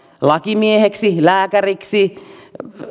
lakimieheksi lääkäriksi